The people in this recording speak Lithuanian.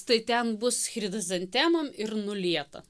tai ten bus chrizantemom ir nulieta